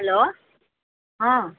hello ହଁ